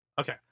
Okay